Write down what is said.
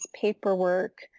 paperwork